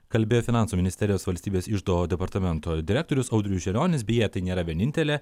kalbėjo finansų ministerijos valstybės iždo departamento direktorius audrius želionis beje tai nėra vienintelė